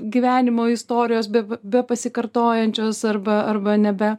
gyvenimo istorijos be bepasikartojančios arba arba nebe